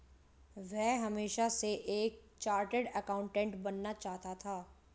वह हमेशा से एक चार्टर्ड एकाउंटेंट बनना चाहता था